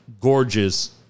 gorgeous